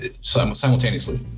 simultaneously